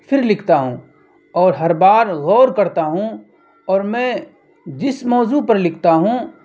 پھر لکھتا ہوں اور ہر بار غور کرتا ہوں اور میں جس موضوع پر لکھتا ہوں